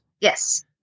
Yes